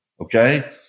Okay